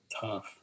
tough